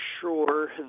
sure